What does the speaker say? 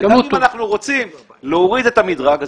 אם אנחנו רוצים להוריד את המדרג,